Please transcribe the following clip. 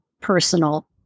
personal